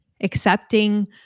accepting